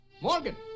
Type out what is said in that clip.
Morgan